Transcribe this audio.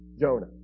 Jonah